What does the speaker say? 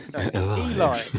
Eli